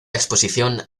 exposición